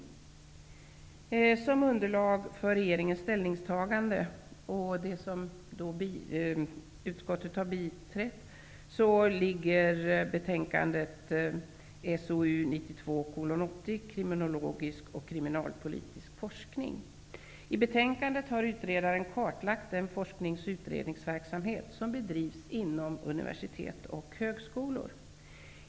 Som underlag för regeringens ställningstagande, som har biträtts av utskottet, ligger betänkandet SOU 1992:80 betänkandet har utredaren kartlagt den forskningsoch utredningsverksamhet som bedrivs inom universitet och högskolor.